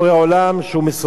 שהוא מסובב את הכול,